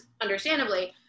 understandably